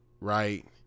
right